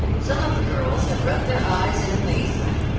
some of the girls had rubbed their eyes in amazement.